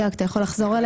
ג'ק, אתה יכול לחזור עליה?